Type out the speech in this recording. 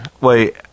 wait